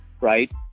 right